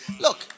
Look